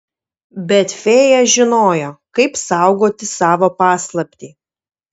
bet fėja žinojo kaip saugoti savo paslaptį